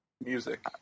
music